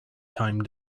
time